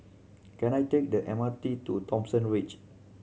can I take the M R T to Thomson Ridge